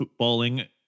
footballing